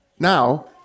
Now